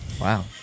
Wow